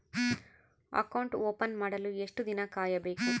Account open ಮಾಡಲು ಎಷ್ಟು ದಿನ ಕಾಯಬೇಕು?